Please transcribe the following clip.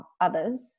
others